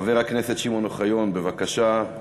חבר הכנסת שמעון אוחיון, בבקשה.